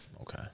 Okay